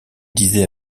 disait